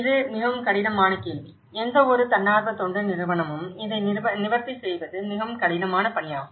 இது மிகவும் கடினமான கேள்வி எந்தவொரு தன்னார்வ தொண்டு நிறுவனமும் இதை நிவர்த்தி செய்வது மிகவும் கடினமான பணியாகும்